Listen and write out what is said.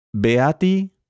Beati